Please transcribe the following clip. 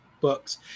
books